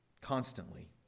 constantly